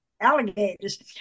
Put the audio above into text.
alligators